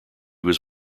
was